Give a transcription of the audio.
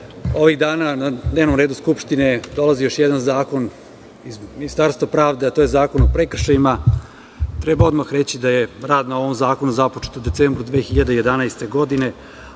ovih dana na dnevnom redu Skupštine dolazi još jedan zakon iz Ministarstva pravde, a to je zakon u prekršajima. Treba odmah reći da je rad na ovom zakonu započet u decembru mesecu 2011. godine,